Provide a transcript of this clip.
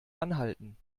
anhalten